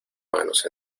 manos